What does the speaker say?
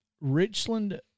Richland